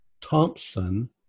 Thompson